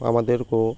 আমাদেরকেও